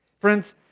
Friends